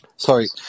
Sorry